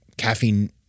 Caffeine